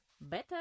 better